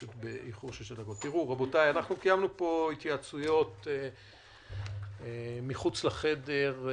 רבותיי, קיימנו פה התייעצויות מחוץ לחדר.